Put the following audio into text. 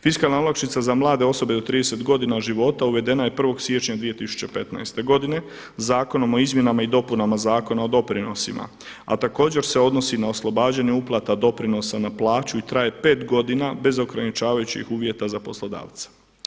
Fiskalna olakšica za mlade osobe do 30 godina života uvedena je 1. siječnja 2015. godine Zakonom o izmjenama i dopunama Zakona o doprinosima, a također se odnosi na oslobađanje uplata doprinosa na plaću i traje 5 godina bez ograničavajućih uvjeta za poslodavca.